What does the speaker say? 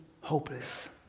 hopeless